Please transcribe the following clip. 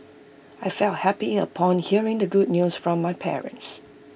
I felt happy upon hearing the good news from my parents